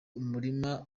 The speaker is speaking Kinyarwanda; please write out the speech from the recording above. umurima